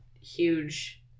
huge